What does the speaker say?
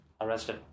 arrested